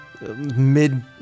mid